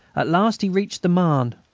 at last he reached the marne.